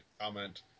comment